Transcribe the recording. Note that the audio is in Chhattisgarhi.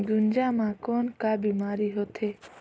गुनजा मा कौन का बीमारी होथे?